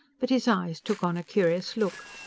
but his eyes took on a curious look.